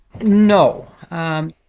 No